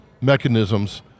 mechanisms